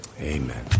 Amen